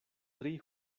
tri